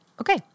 okay